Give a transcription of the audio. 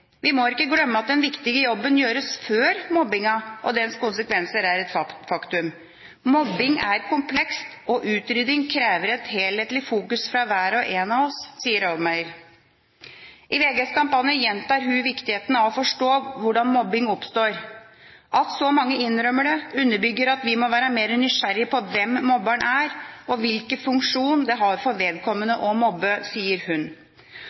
Vi må ikke glemme at den viktigste jobben gjøres før mobbingen og dens konsekvenser er et faktum. Mobbing er komplekst, og utrydding krever et helhetlig fokus fra hver og en av oss, sier Oudmayer. I VGs kampanje gjentar hun viktigheten av å forstå hvorfor mobbing oppstår. «At så mange innrømmer det, underbygger at vi må være mer nysgjerrige på hvem mobberen er, og hvilken funksjon det har for vedkommende å mobbe», sier hun.